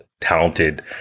talented